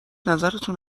نظرتون